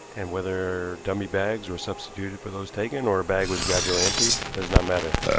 and whether dummy bags were substituted for those taken, or a bag was gradually emptied, does not matter.